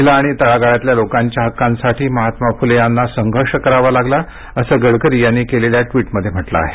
महिला आणि तळागाळातल्या लोकांच्या हक्कांसाठी महात्मा फुले यांना संघर्ष करावा लागला असं गडकरी यांनी केलेल्या ट्विटमध्ये म्हटलं आहे